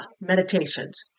meditations